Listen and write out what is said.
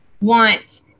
want